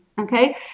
Okay